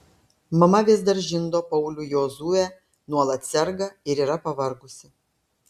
mama vis dar žindo paulių jozuę nuolat serga ir yra pavargusi